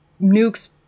nukes